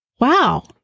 Wow